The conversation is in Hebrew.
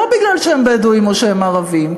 לא מפני שהם בדואים או שהם ערבים,